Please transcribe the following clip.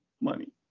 money